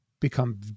become